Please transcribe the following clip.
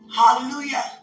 Hallelujah